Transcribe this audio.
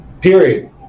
Period